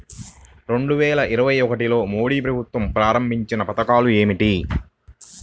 రెండు వేల ఇరవై ఒకటిలో మోడీ ప్రభుత్వం ప్రారంభించిన పథకాలు ఏమిటీ?